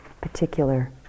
particular